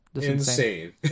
insane